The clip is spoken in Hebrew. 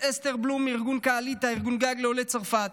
אסתר בלום מארגון קעליטה, ארגון גג לעולי צרפת,